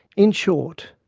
in short,